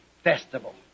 festival